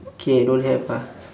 okay don't have ah